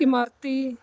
imarti